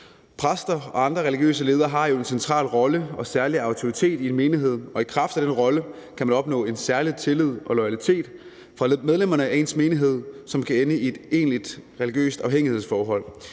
Præster og andre religiøse ledere har jo en central rolle og en særlig autoritet i menigheden, og i kraft af den rolle kan man opnå en særlig tillid og loyalitet fra medlemmerne af sin menighed, som kan ende i et egentligt religiøst afhængighedsforhold.